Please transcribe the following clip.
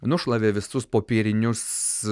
nušlavė visus popierinius